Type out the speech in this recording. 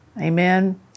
Amen